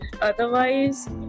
otherwise